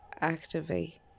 activate